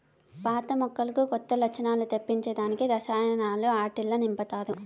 పాత మొక్కలకు కొత్త లచ్చణాలు తెప్పించే దానికి రసాయనాలు ఆట్టిల్ల నింపతారు